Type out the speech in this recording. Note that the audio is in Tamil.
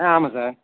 ஆ ஆமாம் சார்